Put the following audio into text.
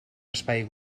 espai